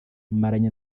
maranye